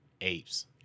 apes